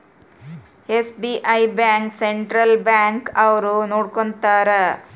SBI bank central bank ಅವ್ರು ನೊಡ್ಕೋತರ